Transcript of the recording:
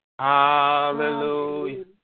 Hallelujah